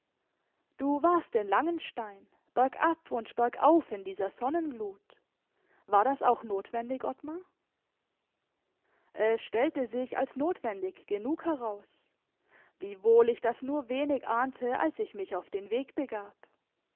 du warst in langenstein bergab und bergauf in dieser sonnenglut war das auch notwendig ottmar es stellte sich als notwendig genug heraus wiewohl ich das nur wenig ahnte als ich mich auf den weg begab